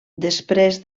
després